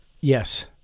Yes